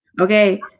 Okay